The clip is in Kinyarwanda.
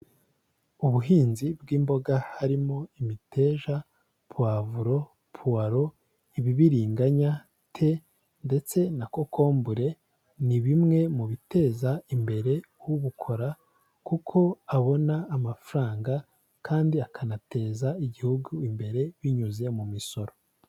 Ubuhinzi bw'imboga harimo imiteja, puwavuro, puwaro, ibibiringanya, te ndetse na kokombure ni bimwe mu biteza imbere ubukora kuko abona amafaranga kandi akanateza Igihugu imbere binyuze mu misoro.